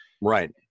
Right